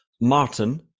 Martin